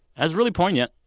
that's really poignant.